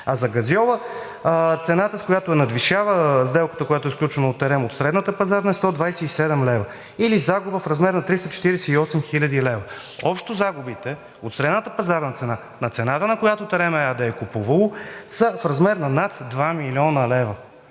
а за газьола цената, с която надвишава сделката, която е сключена от „Терем“ от средната пазарна, е 127 лв., или загуба в размер на 348 хил. лв. Общо загубите от средната пазарна цена на цената, на която „Терем“ ЕАД е купувало, са в размер на над 2 млн. лв.,